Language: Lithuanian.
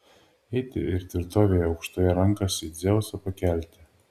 eiti ir tvirtovėje aukštoje rankas į dzeusą pakelti